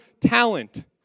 talent